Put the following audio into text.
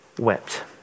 wept